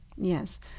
Yes